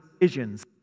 decisions